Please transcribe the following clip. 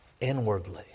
inwardly